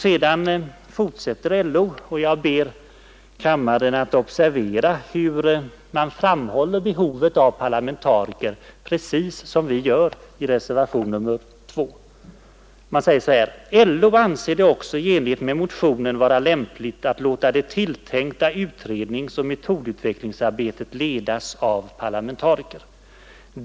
Sedan fortsätter LO, och jag ber kammaren observera hur LO framhåller behovet av parlamentariker precis som vi gör i reservationen 2: ”LO anser det också i enlighet med motionen vara lämpligt att låta det tilltänkta utredningsoch metodutvecklingsarbetet ledas av parlamentariker.